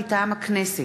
מטעם הכנסת: